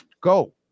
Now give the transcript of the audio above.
Go